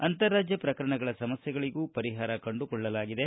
ಅಂತರರಾಜ್ಯ ಪ್ರಕರಣಗಳ ಸಮಸ್ಥೆಗಳಗೂ ಪರಿಹಾರ ಕಂಡುಕೊಳ್ಳಲಾಗಿದೆ